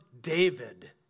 David